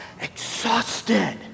exhausted